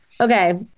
Okay